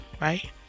right